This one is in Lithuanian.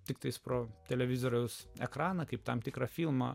tiktais pro televizoriaus ekraną kaip tam tikrą filmą